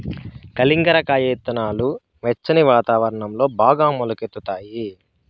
కలింగర కాయ ఇత్తనాలు వెచ్చని వాతావరణంలో బాగా మొలకెత్తుతాయి